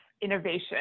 innovation